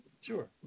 Sure